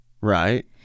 Right